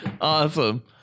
Awesome